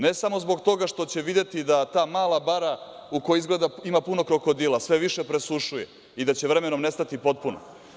Ne samo zbog toga što će videti da ta mala bara u kojoj izgleda ima puno krokodila sve više presušuje i da će vremenom nestati potpuno.